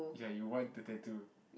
ya you want to tattoo